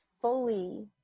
fully